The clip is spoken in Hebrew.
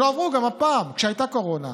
כשלא הייתה קורונה,